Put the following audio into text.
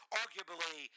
arguably